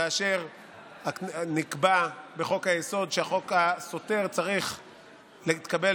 כאשר נקבע בחוק-היסוד שהחוק הסותר צריך להתקבל